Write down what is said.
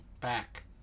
back